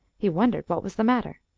he wondered what was the matter.